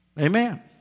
Amen